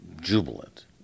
jubilant